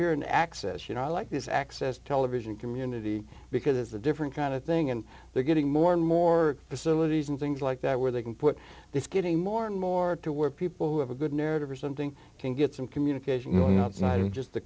here in access you know i like this access television community because it's a different kind of thing and they're getting more and more facilities and things like that where they can put this getting more and more to where people who have a good narrative or something can get some communication you know not sniping just the